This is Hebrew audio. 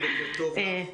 בוקר טוב.